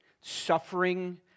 suffering